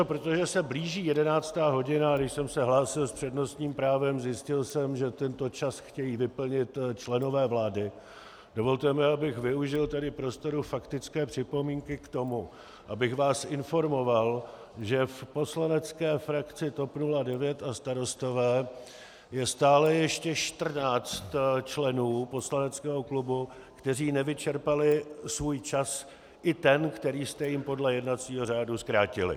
Protože se blíží jedenáctá hodina, a když jsem se hlásil s přednostním právem, zjistil jsem, že tento čas chtějí vyplnit členové vlády, dovolte mi, abych tedy využil prostoru faktické připomínky k tomu, abych vás informoval, že v poslanecké frakci TOP 09 a Starostové je stále ještě čtrnáct členů poslaneckého klubu, kteří nevyčerpali svůj čas, i ten, který jste jim podle jednacího řádu zkrátili.